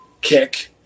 kick